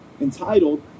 entitled